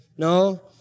No